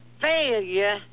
failure